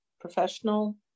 professional